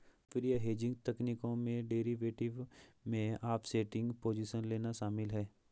लोकप्रिय हेजिंग तकनीकों में डेरिवेटिव में ऑफसेटिंग पोजीशन लेना शामिल है